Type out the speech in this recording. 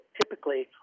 typically